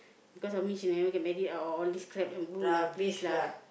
because of me she never get married a~ all these crap and bull lah please lah